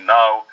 now